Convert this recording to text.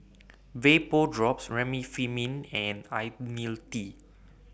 Vapodrops Remifemin and Ionil T